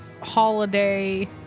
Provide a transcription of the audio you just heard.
holiday